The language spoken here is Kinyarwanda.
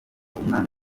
umwana